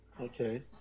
Okay